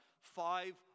five